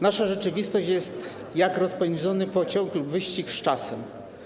Nasza rzeczywistość jest jak rozpędzony pociąg lub wyścig z czasem.